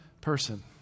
person